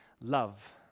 love